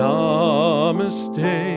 Namaste